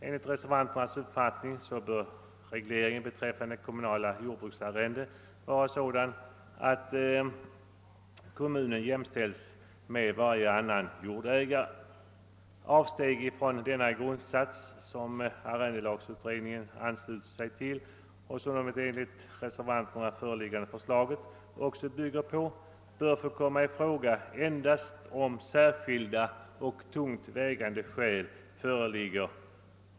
Vi reservanter anser att regleringen <beträffande kommunala jordbruksarrenden bör vara sådan att kommun jämställs med varje annan jordägare. Avsteg från denna grundsats som arrendelagsutredningen också givit uttryck åt och som reservationsförslaget bygger på, bör få komma i fråga endast om särskilda och tungt vägande skäl föreligger.